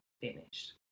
finished